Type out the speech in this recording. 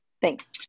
thanks